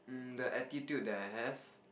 the attitude that I have